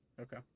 Okay